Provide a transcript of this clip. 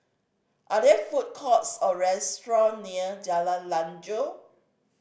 are there food courts or restaurant near Jalan Lanjut